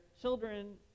children